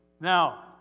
Now